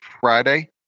Friday